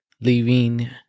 leaving